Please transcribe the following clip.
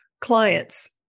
clients